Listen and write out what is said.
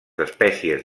espècies